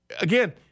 Again